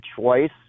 choice